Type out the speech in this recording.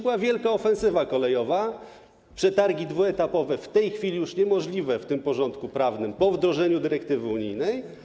Była wielka ofensywa kolejowa, przetargi dwuetapowe, w tej chwili już niemożliwe w tym porządku prawnym, po wdrożeniu dyrektywy unijnej.